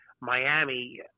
Miami